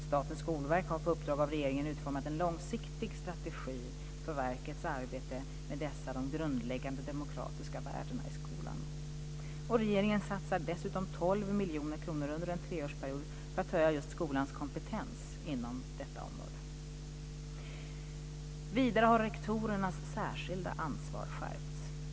Statens skolverk har på uppdrag av regeringen utformat en långsiktig strategi för verkets arbete med dessa de grundläggande demokratiska värdena i skolan. Regeringen satsar dessutom 12 miljoner kronor under en treårsperiod för att höja skolans kompetens inom detta område. Vidare har rektorernas särskilda ansvar skärpts.